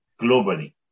globally